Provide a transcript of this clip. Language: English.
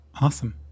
Awesome